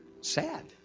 Sad